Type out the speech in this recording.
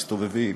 מסתובבים.